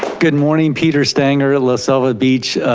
good morning, peter stanger, la selva beach,